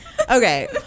okay